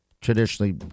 traditionally